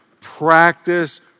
practice